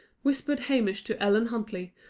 whispered hamish to ellen huntley,